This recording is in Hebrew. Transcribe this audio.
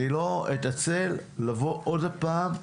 אני לא אתעצל לבוא עוד הפעם,